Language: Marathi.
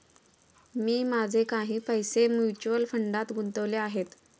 मी माझे काही पैसे म्युच्युअल फंडात गुंतवले आहेत